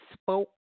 spoke